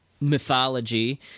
mythology